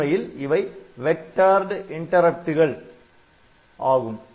உண்மையில் இவை வெக்டார்டு இன்டரப்ட்கள் Vectored interrupts நெறிய இடைமறி ஆகும்